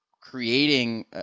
creating